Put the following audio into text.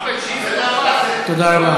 אחמד, תודה רבה.